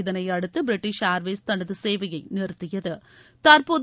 இதனை அடுத்து British Airways தனது சேவையை நிறுத்தியது